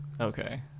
Okay